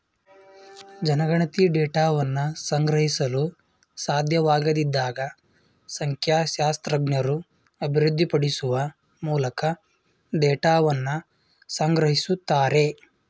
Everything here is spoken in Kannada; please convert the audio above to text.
ಜನಗಣತಿ ಡೇಟಾವನ್ನ ಸಂಗ್ರಹಿಸಲು ಸಾಧ್ಯವಾಗದಿದ್ದಾಗ ಸಂಖ್ಯಾಶಾಸ್ತ್ರಜ್ಞರು ಅಭಿವೃದ್ಧಿಪಡಿಸುವ ಮೂಲಕ ಡೇಟಾವನ್ನ ಸಂಗ್ರಹಿಸುತ್ತಾರೆ